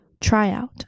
Tryout